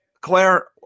Claire –